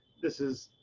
this is,